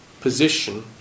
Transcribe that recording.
position